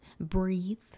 breathe